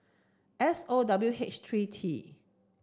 S O W H three T